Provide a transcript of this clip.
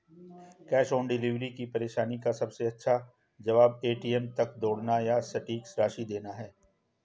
cash on delivery की परेशानी का सबसे अच्छा जवाब, ए.टी.एम तक दौड़ना या सटीक राशि देना है